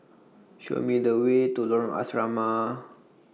Show Me The Way to Lorong Asrama